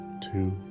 Two